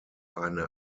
eine